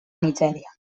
nigèria